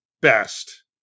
best